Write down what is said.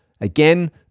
Again